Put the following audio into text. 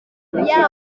gatatu